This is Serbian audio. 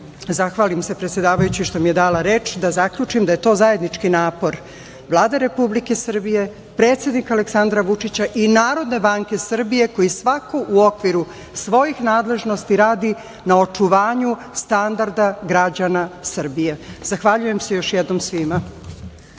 se predsedavajućoj što mi je dala reč i da zaključim da je to zajednički napor Vlade Republike Srbije, predsednika Aleksandra Vučića i Narodne banke Srbije koji svako u okviru svojih nadležnosti radi na očuvanju standarda građana Srbije. Zahvaljujem se još jednom svima.